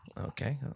Okay